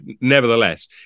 nevertheless